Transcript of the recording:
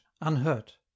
unhurt